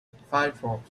firefox